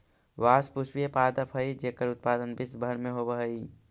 बाँस पुष्पीय पादप हइ जेकर उत्पादन विश्व भर में होवऽ हइ